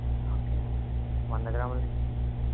okay అండి వంద గ్రాములేకదండీ